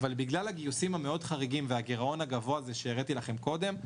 אבל בגלל הגיוסים החריגים מאוד והגירעון הגבוה שהראיתי קודם,